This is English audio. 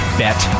bet